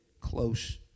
close